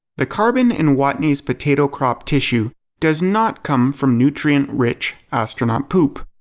the carbon in watney's potato crop tissue does not come from nutrient rich astronaut poop.